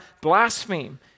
blaspheme